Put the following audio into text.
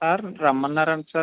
sir రమ్మన్నారంట sir